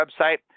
website